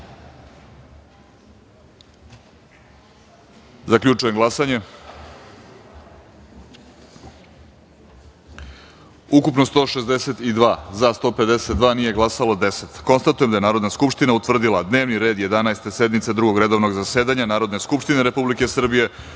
celini. Zaključujem glasanje: ukupno – 162, za – 152, nije glasalo 10.Konstatujem da je Narodna skupština utvrdila dnevni red Jedanaeste sednice Drugog redovnog zasedanja Narodne skupštine Republike Srbije